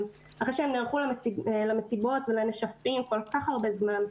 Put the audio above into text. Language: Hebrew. אחרי שנערכו למסיבות ולנשפים כל כך הרבה זמן.